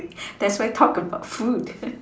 that's why talk about food